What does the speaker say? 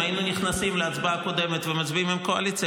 אם היינו נכנסים להצבעה הקודמת ומצביעים עם הקואליציה,